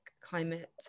climate